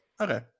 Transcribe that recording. Okay